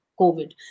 COVID